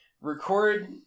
record